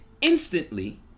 instantly